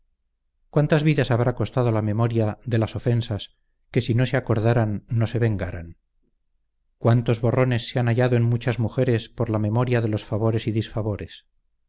cuántas vidas habrá costado la memoria de las ofensas que sí no se acordaran no se vengaran cuántos borrones se han hallado en muchas mujeres por la memoria de los favores y disfavores